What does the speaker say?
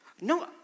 No